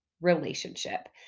relationship